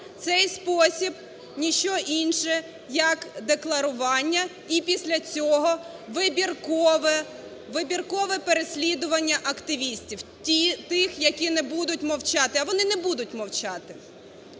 Цей спосіб не що інше, як декларування. І після цього вибіркове переслідування активістів, тих, які не будуть мовчати. А вони не будуть мовчати.